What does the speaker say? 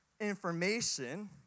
information